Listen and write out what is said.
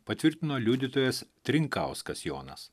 patvirtino liudytojas trinkauskas jonas